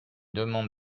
demande